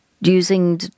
using